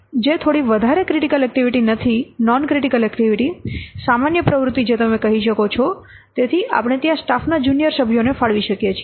પરંતુ જે થોડી વધારે ક્રિટિકલ એક્ટિવિટી નથી નોન ક્રિટિકલ એક્ટિવિટી સામાન્ય પ્રવૃત્તિઓ જે તમે કહી શકો છો તેથી આપણે ત્યાં સ્ટાફના જુનિયર સભ્યોને ફાળવી શકીએ છીએ